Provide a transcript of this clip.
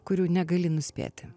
kurių negali nuspėti